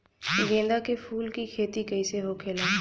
गेंदा के फूल की खेती कैसे होखेला?